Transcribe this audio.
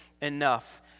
enough